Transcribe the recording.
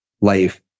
life